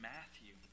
Matthew